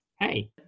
hey